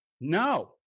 No